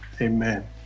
Amen